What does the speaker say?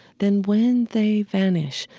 then when they vanish,